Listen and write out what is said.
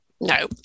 no